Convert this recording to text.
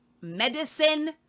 medicine